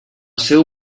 seu